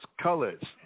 colors